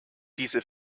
diese